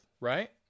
right